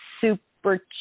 super